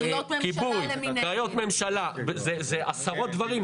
זה עשרות דברים.